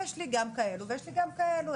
יש לי גם כאלו ויש לי גם כאלו.